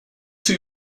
two